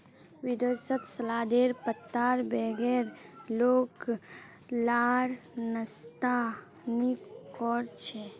विदेशत सलादेर पत्तार बगैर लोग लार नाश्ता नि कोर छे